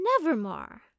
nevermore